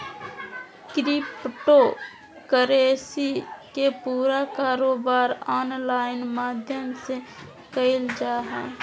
crypto currency के पूरा कारोबार ऑनलाइन माध्यम से क़इल जा हइ